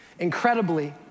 Incredibly